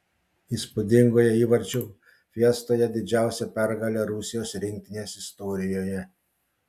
įspūdingoje įvarčių fiestoje didžiausia pergalė rusijos rinktinės istorijoje